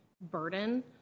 burden